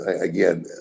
again